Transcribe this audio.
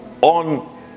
on